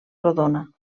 rodona